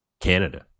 Canada